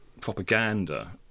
propaganda